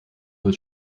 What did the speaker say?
wohl